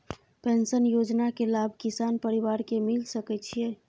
Pension योजना के लाभ किसान परिवार के मिल सके छिए?